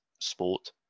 sport